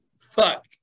Fuck